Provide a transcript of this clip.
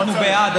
אנחנו בעד,